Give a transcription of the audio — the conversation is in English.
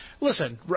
listen